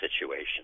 situation